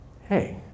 hey